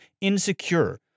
insecure